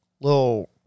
little